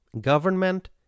Government